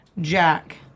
Jack